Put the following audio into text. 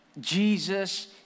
Jesus